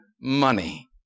money